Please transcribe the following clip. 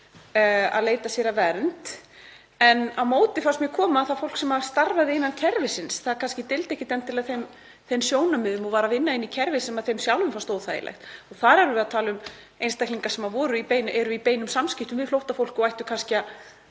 að leita sér að vernd. En á móti þá deildi fólk sem starfaði innan kerfisins ekkert endilega þeim sjónarmiðum. Það var að vinna inni í kerfi sem því sjálfu fannst óþægilegt og þar erum við að tala um einstaklinga sem eru í beinum samskiptum við flóttafólk og ættu kannski að